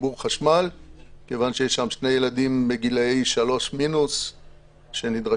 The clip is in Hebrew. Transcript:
לחיבור חשמל כיוון שיש שם שני ילדים בגילי שלוש מינוס שמבחינה